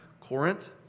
Corinth